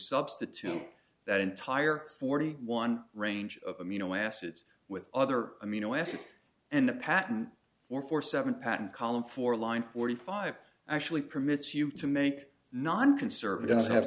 substitute that entire forty one range of amino acids with other amino acids and the patent for four seven patent column for line forty five actually permits you to make non conservatives have